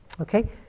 Okay